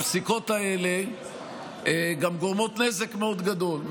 הפסיקות האלה גם גורמות נזק מאוד גדול,